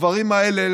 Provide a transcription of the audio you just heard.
הדברים האלה,